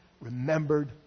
remembered